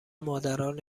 مادران